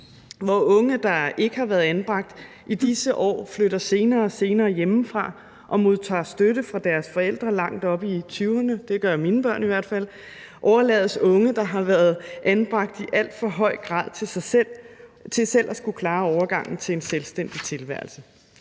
Hvor unge, der ikke har været anbragt, i disse år flytter senere og senere hjemmefra og modtager støtte fra deres forældre langt op i tyverne – det gør mine børn i hvert fald – overlades unge, der har været anbragt, i alt for høj grad til selv at skulle klare overgangen til en selvstændig tilværelse,